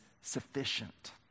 sufficient